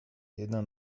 jedna